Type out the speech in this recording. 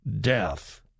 death